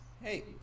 hey